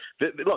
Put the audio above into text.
look